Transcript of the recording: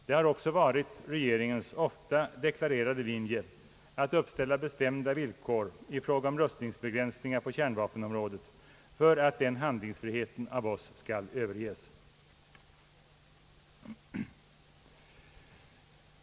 Det har också varit regeringens ofta deklarerade linje att uppställa bestämda villkor i fråga om rustningsbegränsningar på kärnvapenområdet för att den handlingsfriheten av oss skall överges.